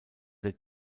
der